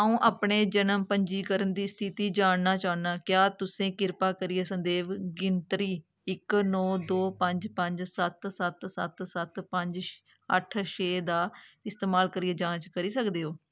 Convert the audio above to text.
आ'ऊं अपने जनम पंजीकरण दी स्थिति जान'ना चाह्न्नां क्या तुस कृपा करियै संदेव गिनतरी इक नौ दो पंज पंज सत्त सत्त सत्त सत्त पंज अट्ठ छे दा इस्तेमाल करियै जांच करी सकदे ओ